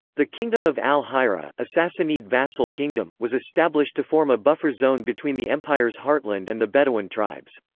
the kingdom of al-hirah, a sassanid vassal kingdom, was established to form a buffer zone between the empire's heartland and the bedouin tribes.